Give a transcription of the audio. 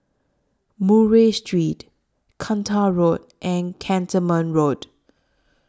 Murray Street Kinta Road and Cantonment Road